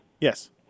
Yes